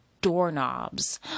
doorknobs